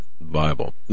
Bible